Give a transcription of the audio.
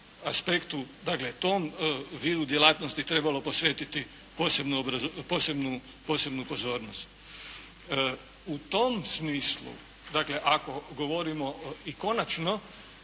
aspektu dakle, tom vidu djela djelatnosti trebalo posvetiti posebnu pozornost. U tom smislu dakle, ako govorimo i konačno,